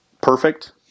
perfect